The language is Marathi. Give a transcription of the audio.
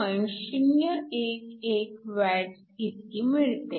011W इतकी मिळते